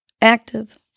active